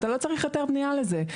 אתה לא צריך היתר בנייה לזה,